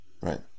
Right